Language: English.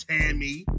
Tammy